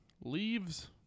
leaves